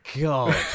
God